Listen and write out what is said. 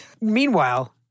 Meanwhile—